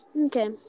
Okay